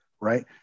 right